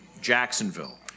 Jacksonville